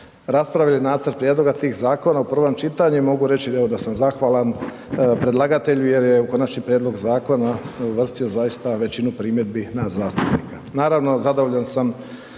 raspravili nacrt prijedloga tih zakona u prvom čitanju i mogu reći evo da sam zahvalan predlagatelju jer je u Konačni prijedlog zakona uvrstio zaista većinu primjedbi nas zastupnika. Naravno, zadovoljan sam